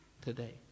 today